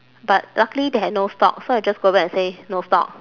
but luckily they had no stock so I just go back and say no stock